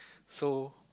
so